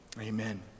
amen